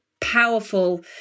powerful